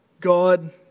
God